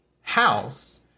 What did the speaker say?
house